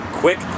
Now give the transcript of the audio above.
quick